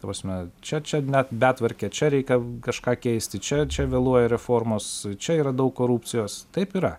ta prasme čia čia net betvarkė čia reikia kažką keisti čia čia vėluoja reformos čia yra daug korupcijos taip yra